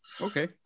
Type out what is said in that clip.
Okay